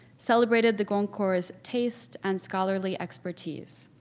celebrated the goncourts taste and scholarly expertise.